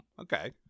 okay